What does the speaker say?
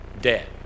dead